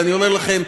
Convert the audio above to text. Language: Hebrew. אבל אני אומר לכם,